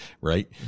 right